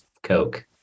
coke